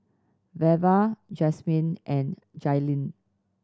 Velva Jasmin and Jailyn